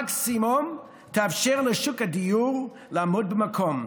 מקסימום היא תאפשר לשוק הדיור לעמוד במקום.